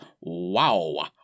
Wow